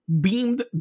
beamed